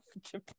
Japan